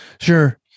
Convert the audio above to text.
sure